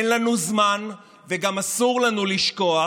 אין לנו זמן, וגם אסור לנו לשכוח